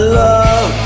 love